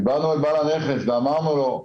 כשבאנו לבעל הנכס ואמרנו לו,